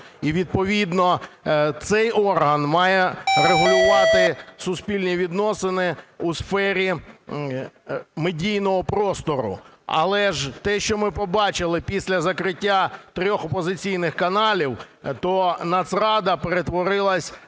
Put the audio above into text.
і відповідно цей орган має регулювати суспільні відносини у сфері медійного простору. Але те, що ми побачили після закриття трьох опозиційних каналів, то Нацрада перетворилась